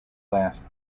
last